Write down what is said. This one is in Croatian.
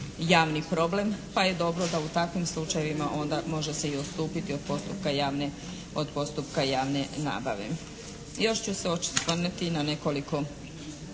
javni problem, pa je dobro da u takvim slučajevima onda može se i odstupiti od postupka javne nabave. Još ću se osvrnuti na nekoliko